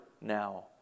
now